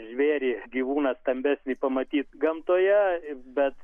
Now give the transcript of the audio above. žvėrį gyvūną stambesnį pamatyt gamtoje bet